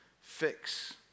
fix